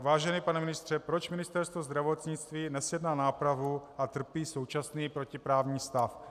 Vážený pane ministře, proč Ministerstvo zdravotnictví nezjedná nápravu a trpí současný protiprávní stav?